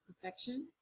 perfection